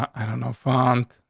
i don't know, farmed.